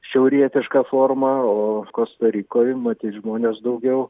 šiaurietiška forma o kosta rikoj matyt žmonės daugiau